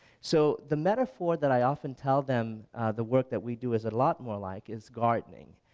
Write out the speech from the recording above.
so the metaphor that i often tell them the work that we do is a lot more like is gardening.